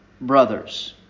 brothers